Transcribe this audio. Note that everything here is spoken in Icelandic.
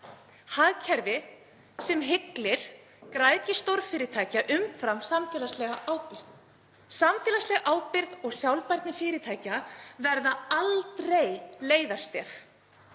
hagkerfi sem hyglir græðgi stórfyrirtækja umfram samfélagslega ábyrgð. Samfélagsleg ábyrgð og sjálfbærni fyrirtækja verða aldrei leiðarstef